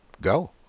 go